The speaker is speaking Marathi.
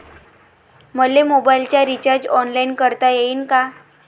मले मोबाईलच रिचार्ज ऑनलाईन करता येईन का?